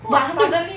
then 我就